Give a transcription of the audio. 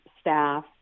staff